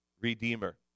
redeemer